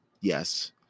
Yes